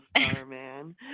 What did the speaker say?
Starman